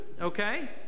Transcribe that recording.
Okay